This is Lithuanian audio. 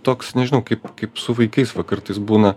toks nežinau kaip kaip su vaikais kartais būna